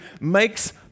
makes